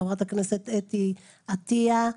אתי עטיה,